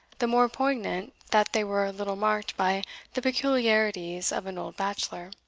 the more poignant that they were a little marked by the peculiarities of an old bachelor